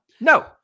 No